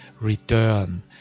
return